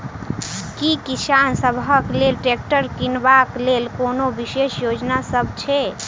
की किसान सबहक लेल ट्रैक्टर किनबाक लेल कोनो विशेष योजना सब छै?